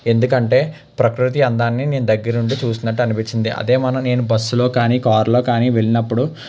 ఎందుకంటే ప్రకృతి అందాన్ని నేను దగ్గరుండి చూసినట్టు అనిపించింది అదే నేను మొన్న బస్సులో కానీ కారులో కానీ వెళ్ళినప్పుడు